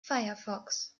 firefox